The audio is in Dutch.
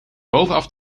bovenaf